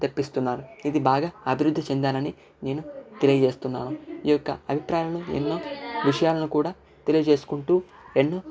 తెప్పిస్తున్నారు ఇది బాగా అభివృద్ధి చెందాలని నేను తెలియజేస్తున్నాను ఈ యొక్క అభిప్రాయాలను ఎన్నో విషయాలను కూడా తెలియజేసుకుంటూ ఎన్నో